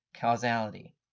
causality